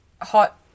hot